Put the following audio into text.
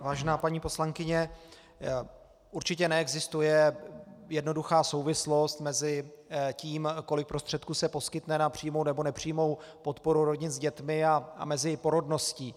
Vážená paní poslankyně, určitě neexistuje jednoduchá souvislost mezi tím, kolik prostředků se poskytne na přímou nebo nepřímou podporu rodin s dětmi, a porodností.